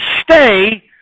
stay